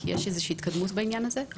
כי יש איזו שהיא התקדמות בעניין הזה.